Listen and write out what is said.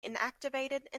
inactivated